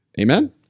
Amen